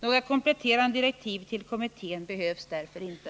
Några kompletterande direktiv till kommittén behövs därför inte.